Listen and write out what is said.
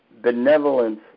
benevolence